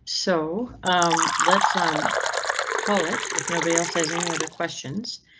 so um, let some call it. if nobody else has any other questions.